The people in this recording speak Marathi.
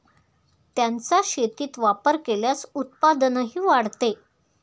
त्यांचा शेतीत वापर केल्यास उत्पादनही वाढते